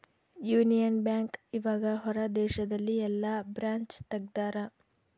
Union bank ಇವಗ ಹೊರ ದೇಶದಲ್ಲಿ ಯೆಲ್ಲ ಬ್ರಾಂಚ್ ತೆಗ್ದಾರ